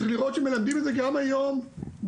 צריך לראות שמלמדים את זה גם היום באקדמיה,